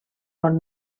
bon